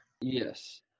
Yes